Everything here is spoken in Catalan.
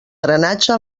drenatge